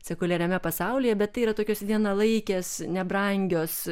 sekuliariame pasaulyje bet tai yra tokios vienalaikės nebrangios